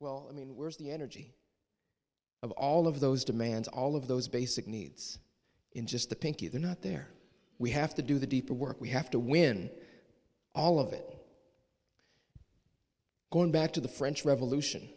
well i mean the energy of all of those demands all of those basic needs in just the pinky they're not there we have to do the deeper work we have to win all of it going back to the french revolution